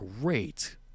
great –